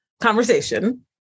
conversation